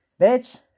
Bitch